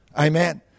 Amen